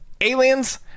Aliens